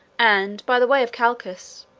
and, by the way of chalcis,